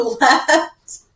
left